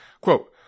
Quote